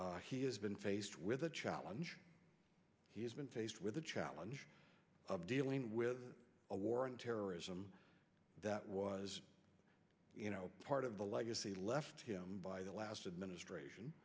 he has been faced with a challenge he has been faced with the challenge of dealing with a war on terrorism that was part of the legacy left him by the last administration